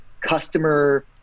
customer